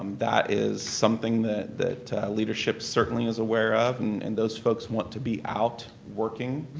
um that is something that that leadership certainly is aware of and and those folks want to be out working.